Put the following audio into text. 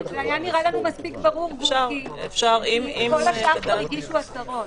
זה היה נראה לנו מספיק ברור כי כל השאר הגישו הצהרות.